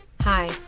Hi